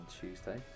Tuesday